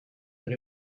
that